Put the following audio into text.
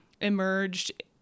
emerged